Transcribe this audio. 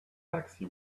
taxi